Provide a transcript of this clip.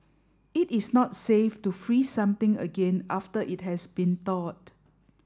it is not safe to freeze something again after it has been thawed